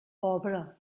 pobre